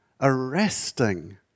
arresting